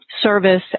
service